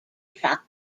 truck